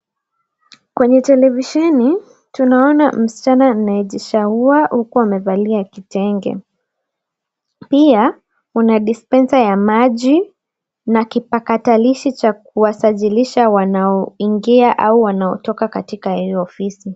Kwenye televisheni, tunaona msichana anayejishaua huku amevalia kitenge. Pia, kuna dispensa ya maji na kipakatalishi cha kuwasajilisha wanaoingia au wanaotoka katika hiyo ofisi.